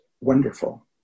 wonderful